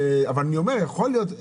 ואז אפשר היה לראות את הפער.